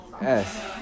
Yes